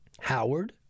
Howard